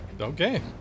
Okay